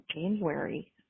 January